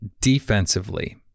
defensively